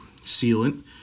sealant